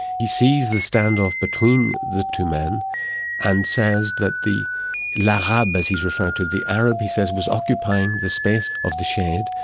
he sees the standoff between the two men and says that the l'arabe as he's referred to, the arab he says, was occupying the space of the shared,